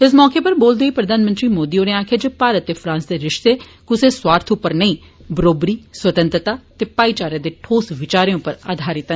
इ मौके उप्पर बोलदे होई प्रधानमंत्री मोदी होरें आक्खेया जे भारत ते फ्रांस दे रिश्ते कुसै सोआर्थ उप्पर नेंई बरोबरी स्वतंत्रता ते भाईचारे दे ठोस विचारें उप्पर आधारित न